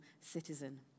citizen